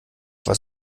was